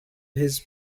his